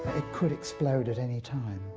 it could explode at any time,